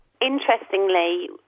Interestingly